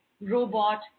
robot